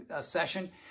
session